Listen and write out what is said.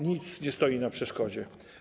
Nic nie stoi na przeszkodzie.